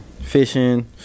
Fishing